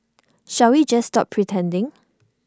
shall we just stop pretending